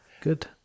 good